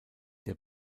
der